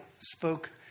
spoke